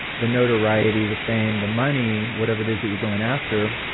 the notoriety, the fame, the money, whatever it is that you're going after,